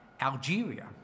Algeria